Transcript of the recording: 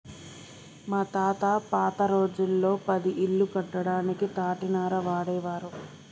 మా తాత పాత రోజుల్లో పది ఇల్లు కట్టడానికి తాటినార వాడేవారు